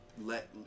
let